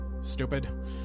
Stupid